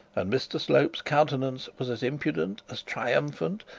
and mr slope's countenance was as impudent, as triumphant,